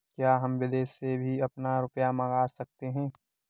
क्या हम विदेश से भी अपना रुपया मंगा सकते हैं?